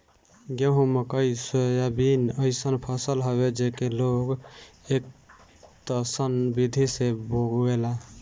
गेंहू, मकई, सोयाबीन अइसन फसल हवे जेके लोग एकतस्सन विधि से बोएला